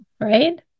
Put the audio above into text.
right